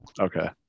Okay